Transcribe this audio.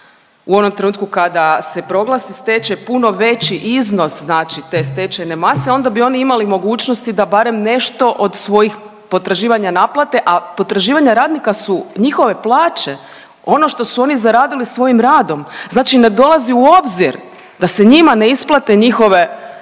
u onom trenutku kada se proglasi stečaj puno veći iznos, znači te stečajne mase onda bi oni imali mogućnosti da barem nešto od svojih potraživanja naplate, a potraživanja radnika su njihove plaće, ono što su oni zaradili svojim radom. Znači ne dolazi u obzir da se njima ne isplate njihove